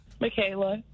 Michaela